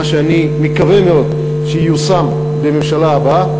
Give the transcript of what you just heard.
מה שאני מקווה מאוד שייושם בממשלה הבאה,